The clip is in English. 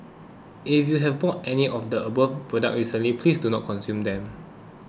if you have bought any of the above products recently please do not consume them